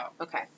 Okay